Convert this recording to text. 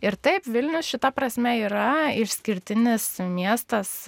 ir taip vilnius šita prasme yra išskirtinis miestas